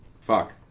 Fuck